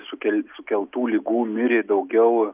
sukel sukeltų ligų mirė daugiau